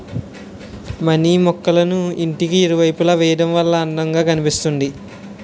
money మొక్కళ్ళను ఇంటికి ఇరువైపులా వేయడం వల్ల అందం గా కనిపిస్తుంది